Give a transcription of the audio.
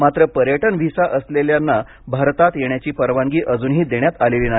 मात्र पर्यटन व्हिसा असलेल्यांना भारतात येण्याची परवानगी अजूनही देण्यात आलेली नाही